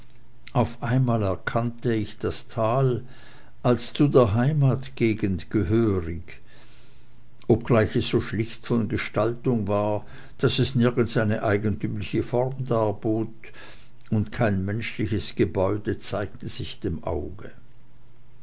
auf einmal erkannte ich das tal als zu der heimatgegend gehörig obgleich es so schlicht von gestaltung war daß es nirgends eine eigentümliche form darbot und kein menschliches gebäude zeigte sich dem auge